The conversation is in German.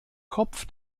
kopf